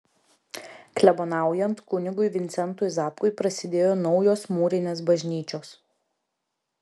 klebonaujant kunigui vincentui zapkui prasidėjo naujos mūrinės bažnyčios